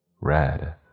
red